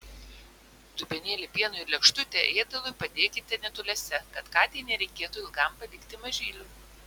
dubenėlį pienui ir lėkštutę ėdalui padėkite netoliese kad katei nereikėtų ilgam palikti mažylių